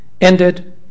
ended